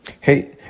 Hey